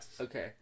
Okay